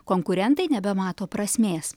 konkurentai nebemato prasmės